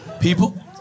People